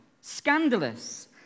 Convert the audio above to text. Scandalous